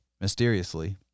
mysteriously